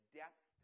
depth